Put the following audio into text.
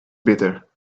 bitter